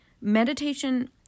Meditation